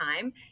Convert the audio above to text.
time